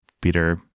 Peter